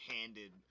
handed